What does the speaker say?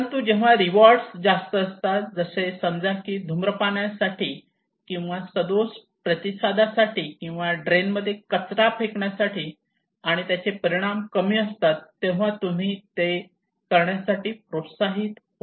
परंतु जेव्हा रिवॉर्ड जास्त असतात जसे की समजा धुम्रपानासाठी किंवा सदोष प्रतिसादासाठी किंवा ड्रेन मध्ये कचरा फेकण्यासाठी आणि त्याचे परिणाम कमी असतात तेव्हा तुम्ही ते करण्यासाठी प्रोत्साहित होत नाही